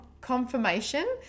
confirmation